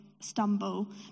stumble